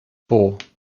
four